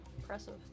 Impressive